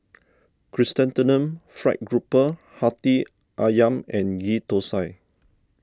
Chrysanthemum Fried Grouper Hati Ayam and Ghee Thosai